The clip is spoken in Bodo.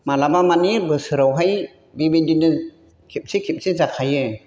माब्लाबा मानि बोसोरावहाय बेबायदिनो खेबसे खेबसे जाखायो